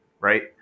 right